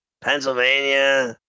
Pennsylvania